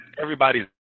everybody's